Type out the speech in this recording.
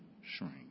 shrink